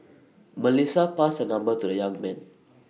Melissa passed her number to the young man